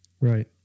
Right